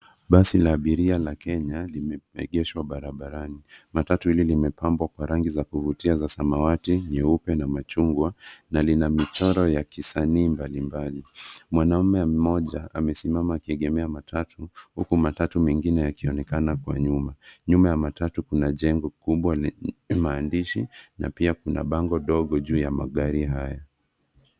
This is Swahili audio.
Basi la abiria la Kenya limeegeshwa barabarani. Matatu hili limepambwa kwa rangi za kuvutia za samawati, nyeupe na machungwa na lina michoro ya kisanii mbalimbali. Mwanaume mmoja amesimama akiegemea matatu huku matatu mengine yakionekana kwa nyuma. Nyuma ya matatu kuna jengo kubwa lenye maandishi na pia kuna bango ndogo juu ya magari hayo.